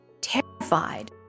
Terrified